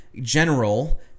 general